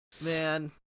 man